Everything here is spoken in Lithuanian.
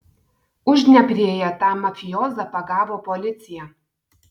uždnieprėje tą mafijozą pagavo policija